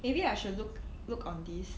maybe I should look look on this